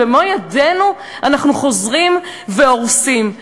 ובמו-ידינו אנחנו חוזרים והורסים.